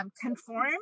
conform